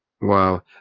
wow